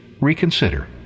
reconsider